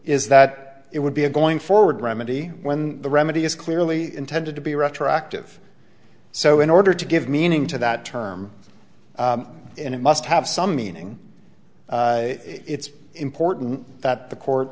is that it would be a going forward remedy when the remedy is clearly intended to be retroactive so in order to give meaning to that term and it must have some meaning it's important that the court